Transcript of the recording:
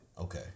Okay